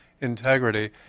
integrity